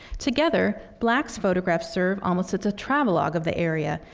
together, black's photographs serve almost as a travelogue of the area,